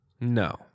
no